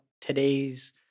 today's